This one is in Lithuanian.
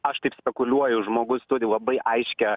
aš taip spekuliuoju žmogus turi labai aiškią